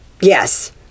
yes